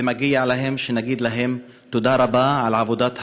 ומגיע להם שנגיד להם תודה רבה על עבודת הקודש,